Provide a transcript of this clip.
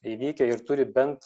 įvykę ir turi bent